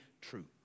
true